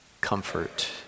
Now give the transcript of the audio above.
comfort